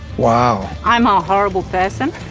wow. i'm a horrible person.